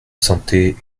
santé